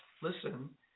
listen